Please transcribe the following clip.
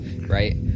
right